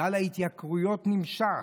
גל ההתייקרויות נמשך,